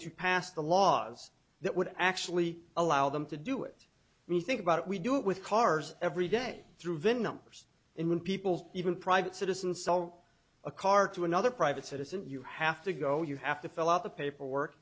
to pass the laws that would actually allow them to do it when you think about it we do it with cars every day through vin numbers and when people even private citizens sell a car to another private citizen you have to go you have to fill out the paperwork